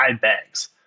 bags